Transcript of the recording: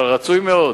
אבל רצוי מאוד